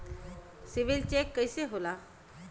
CIBIL check कइसे होला?